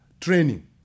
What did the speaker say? training